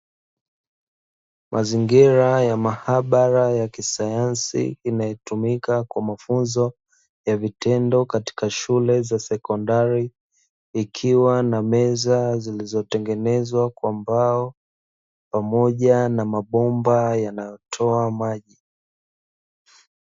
Mazingira ya maabara ya kisayansi, inayotumika kwa mafunzo ya vitendo katika shule za sekondari, ikiwa na meza zilizotengenezwa kwa mbao, pamoja na mabomba yanayotoa maji.